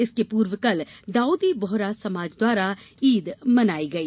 इसके पूर्व कल दाऊदी बोहरा समाज द्वारा ईद मनाई गई